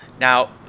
Now